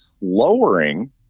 lowering